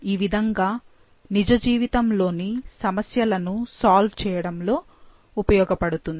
ఈ విధంగా నిజ జీవితంలోని సమస్యలను సాల్వ్ చేయడంలో ఉపయోగబడుతుంది